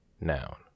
noun